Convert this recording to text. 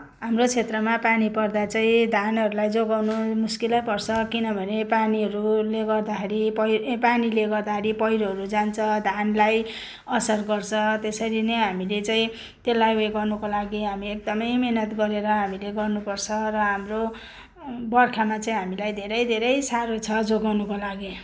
हाम्रो क्षेत्रमा पानी पर्दा चाहिँ धानहरूलाई जोगाउन मुस्किलै पर्छ किनभने पानीहरूले गर्दाखेरि ए पानीले गर्दाखेरि पहिरोहरू जान्छ धानलाई असर गर्छ त्यसरी नै हामीले चाहिँ त्यसलाई उयो गर्नको लागि हामी एकदमै मेहनत गरेर हामीले गर्नपर्छ र हाम्रो बर्खामा चाहिँ हामीलाई बर्खामा चाहिँ हामीलाई धेरै धेरै साह्रो छ जोगाउनको लागि